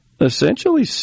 essentially